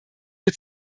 wir